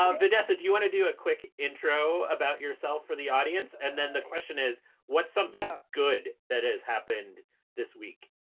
ah vanessa, do you want to do a quick intro about yourself for the audience? and then the question is what's something good that has happened this week